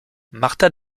marta